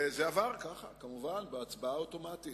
זה עבר ככה, כמובן, בהצבעה אוטומטית.